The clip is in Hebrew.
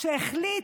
שהחליט.